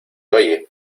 oye